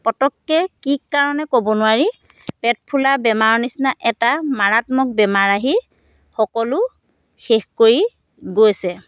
পটককৈ কি কাৰণে ক'ব নোৱাৰি পেট ফুলা বেমাৰৰ নিচিনা এটা মাৰাত্মক বেমাৰ আহি সকলো শেষ কৰি গৈছে